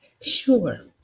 Sure